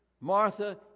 Martha